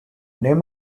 name